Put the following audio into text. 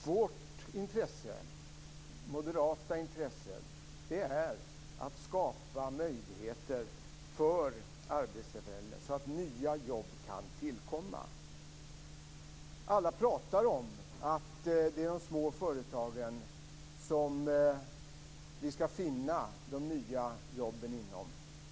Vårt moderata intresse är att skapa möjligheter för arbetstillfällen, så att nya jobb kan tillkomma. Alla pratar om att det är inom de små företagen som vi skall finna de nya jobben.